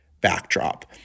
backdrop